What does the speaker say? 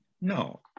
No